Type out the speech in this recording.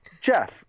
jeff